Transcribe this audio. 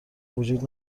وجود